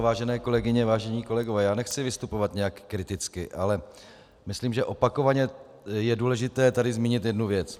Vážené kolegyně, vážení kolegové, já nechci vystupovat nějak kriticky, ale myslím, že opakovaně je důležité tady zmínit jednu věc.